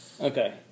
Okay